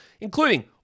including